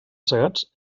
segats